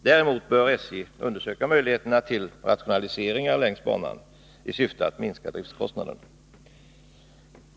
Däremot bör SJ undersöka möjligheterna till rationaliseringar längs banan i syfte att minska driftkostnaderna.